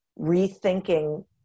rethinking